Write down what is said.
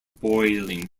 boiling